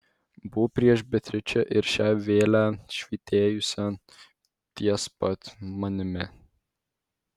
buvau prieš beatričę ir šią vėlę švytėjusią ties pat manimi